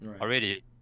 already